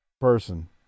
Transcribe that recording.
person